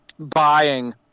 Buying